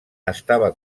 estava